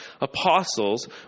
apostles